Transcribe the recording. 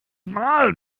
mal